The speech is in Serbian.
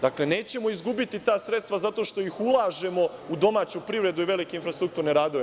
Dakle, nećemo izgubiti ta sredstva zato što ih ulažemo u domaću privredu i velike infrastrukturne radove.